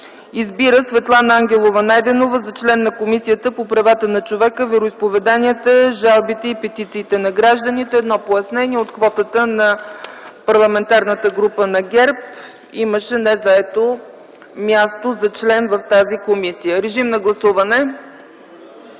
Избира Светлана Ангелова Найденова за член на Комисията по правата на човека, вероизповеданията, жалбите и петициите на гражданите.” Едно пояснение – от квотата на Парламентарната група на ГЕРБ имаше незаето място за член в тази комисия. Моля, гласувайте.